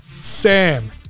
Sam